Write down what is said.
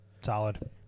Solid